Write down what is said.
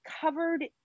covered